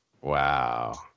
Wow